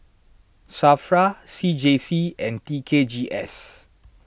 Safra C J C and T K G S